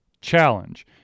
Challenge